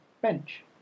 bench